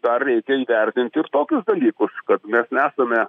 dar reikia įvertinti ir tokius dalykus kad mes nesame